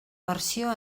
versió